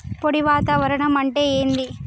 పొడి వాతావరణం అంటే ఏంది?